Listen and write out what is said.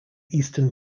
eastern